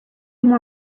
more